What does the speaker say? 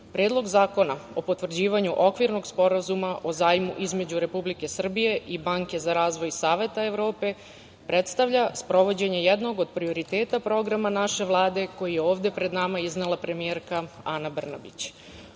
društva. Predlog zakona o potvrđivanju Okvirnog sporazuma o zajmu između Republike Srbije i Banke za razvoj Saveta Evrope predstavlja sprovođenje jednog od prioriteta programa naše Vlade koji je ovde pred nama iznela premijerka Ana Brnabić.